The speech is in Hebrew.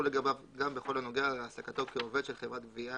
לגביו בכל הנוגע להעסקתו כעובד של חברת גבייה